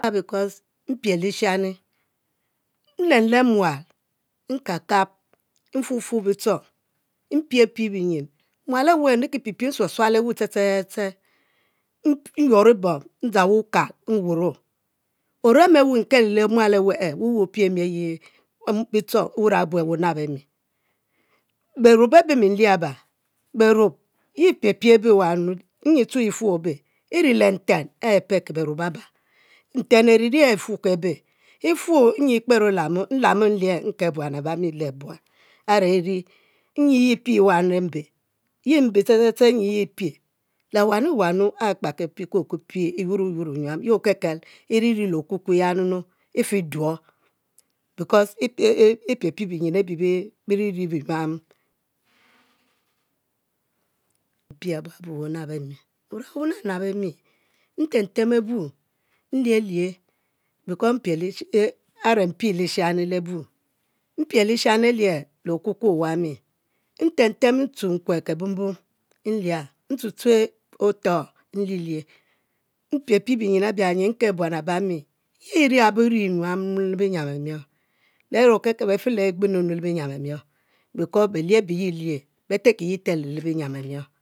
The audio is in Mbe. Mpie lishani lem lem myak, nkab kbb mfuo fuo, tuofu bitchong mpie pie biyin mual awe nriki pipie sual sualvewu ste ste ste nyuor bom ndzang wukal nwuro, orem awu nkelo le mual aweh e’ yi wurang abue wunabo mi, beruob abe mi nlie aba beruob ye mpie pie be e'wanu nyi tue le wufuor e ri le nten e pelki beh ruob ab nte e nte ari ri e e fuki e'be, e'fuo, nyi ekpero olamo nlemo nlia- nke buan abami, are e'ri nyi ye e'pie e’ wab le mbe, le mbe nyi ste ste ste nyi ye e'pie mom akpakipie ki pie ye okel kel e'ri ri le okukue ya nu nu. ve'fuduo, because e'pie pie binyin abi biriri binyuam ye beruob benubemi, beroub benabnab e'mi because a're mpie le shani le bu, a're mpie lishani alie ke owami ntem tenab ntue nkue kebombom nlia, ntue tue otoh nlilie mpia binyin abia nyi nke buan abami yi eri abi yinyuam le binyiam e’mior le a're okel kel, befe le agbenu le binyiam e'mioor because belie abe ye e'hie be telkiye telo le binyiam e'mior